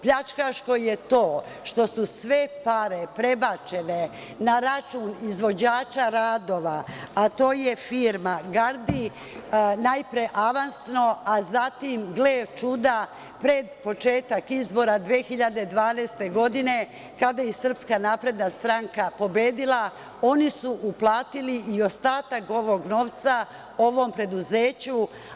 Pljačkaško je to što su sve pare prebačene na račun izvođača radova, a to je firma „Gardi“, najpre avansno, a zatim, gle čuda, pred početak izbora 2012. godine, kada je SNS pobedila, oni su uplatili i ostatak ovog novca ovom preduzeću.